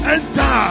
Enter